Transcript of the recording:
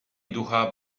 ducha